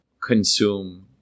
consume